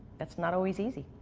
that's not always easy.